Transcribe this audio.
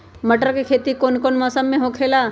मटर के खेती कौन मौसम में होखेला?